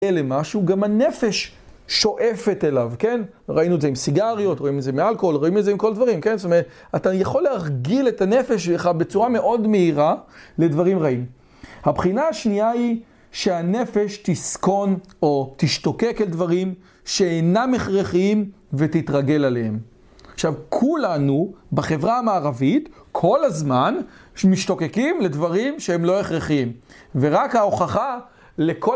אלה משהו, גם הנפש שואפת אליו, כן? ראינו את זה עם סיגריות, רואים את זה עם אלכוהול, רואים את זה עם כל דברים, כן? זאת אומרת, אתה יכול להרגיל את הנפש שלך בצורה מאוד מהירה לדברים רעים. הבחינה השנייה היא שהנפש תסכון או תשתוקק על דברים שאינם הכרחיים ותתרגל עליהם. עכשיו, כולנו בחברה המערבית, כל הזמן משתוקקים לדברים שהם לא הכרחיים ורק ההוכחה לכל